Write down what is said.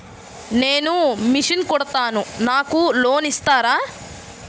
నేను మిషన్ కుడతాను నాకు లోన్ ఇస్తారా?